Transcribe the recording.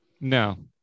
No